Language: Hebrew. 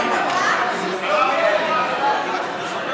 בכנסת הבאה?